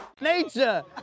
Nature